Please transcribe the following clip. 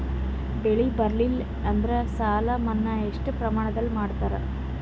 ಬೆಳಿ ಬರಲ್ಲಿ ಎಂದರ ಸಾಲ ಮನ್ನಾ ಎಷ್ಟು ಪ್ರಮಾಣದಲ್ಲಿ ಮಾಡತಾರ?